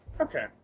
Okay